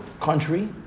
country